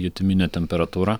jutiminę temperatūrą